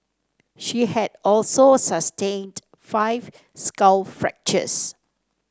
she had also sustained five skull fractures